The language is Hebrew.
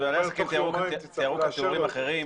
תיארו כאן תיאורים אחרים.